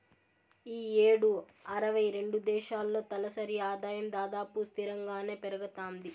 ఈ యేడు అరవై రెండు దేశాల్లో తలసరి ఆదాయం దాదాపు స్తిరంగానే పెరగతాంది